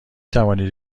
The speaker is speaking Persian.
توانید